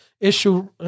issue